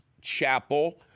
Chapel